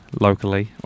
locally